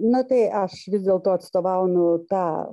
na tai aš vis dėlto atstovaunu tą